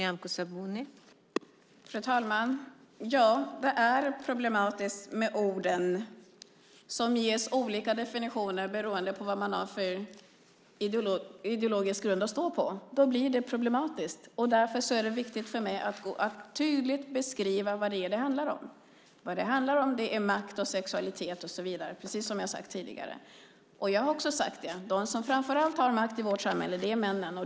Fru talman! Ja, det är problematiskt med orden, som ges olika definitioner beroende på vad man har för ideologisk grund att stå på. Då blir det problematiskt. Därför är det viktigt för mig att tydligt beskriva vad det är det handlar om. Vad det handlar om är makt och sexualitet och så vidare, precis som jag har sagt tidigare. Jag har också sagt det här: De som framför allt har makt i vårt samhälle är männen.